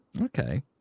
okay